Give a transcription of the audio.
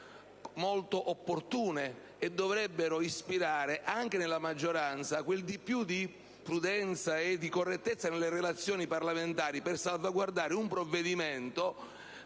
molto opportune e dovrebbero ispirare, anche nella maggioranza, quel di più di prudenza e di correttezza nelle relazioni parlamentari per salvaguardare un provvedimento